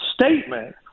statement